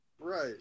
Right